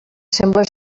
sembla